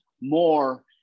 more